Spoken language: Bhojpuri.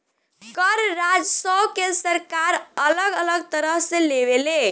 कर राजस्व के सरकार अलग अलग तरह से लेवे ले